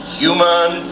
human